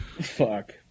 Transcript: Fuck